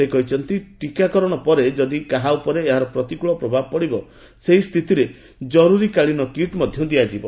ସେ କହିଛନ୍ତି ଟୀକକରଣ ପରେ କାହା ଉପରେ ପ୍ରତିକୃଳ ପ୍ରଭାବ ପଡ଼ିବା ସ୍ଥିତିରେ ଜରୁରୀକାଳୀନ କିଟ୍ ମଧ୍ୟ ଦିଆଯିବ